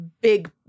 big